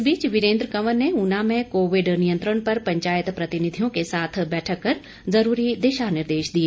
इस बीच यीरेंद्र कंवर ने ऊना में कोविड नियंत्रण पर पंचायत प्रतिनिधियों के साथ बैठक कर जरूरी दिशानिर्देश दिए